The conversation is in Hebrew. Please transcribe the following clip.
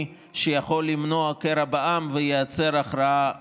שיכול למנוע קרע בעם וייצר הכרעה ברורה.